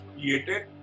created